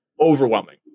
overwhelming